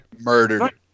Murdered